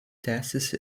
tęsiasi